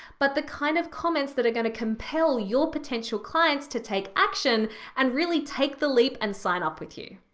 but the kind of comments that are gonna compel your potential clients to take action and really take the leap and sign up with you.